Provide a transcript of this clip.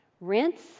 Rinse